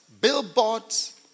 billboards